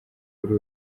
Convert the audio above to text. kuri